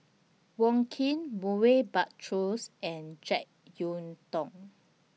Wong Keen Murray Buttrose and Jek Yeun Thong